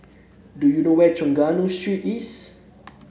do you know where is Trengganu Street East